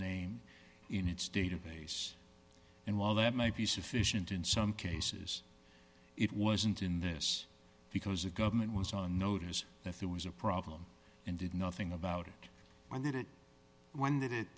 name in its database and while that might be sufficient in some cases it wasn't in this because the government was on notice that there was a problem and did nothing about it why did it when did it